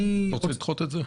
אתה רוצה לדחות את זה?